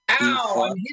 Ow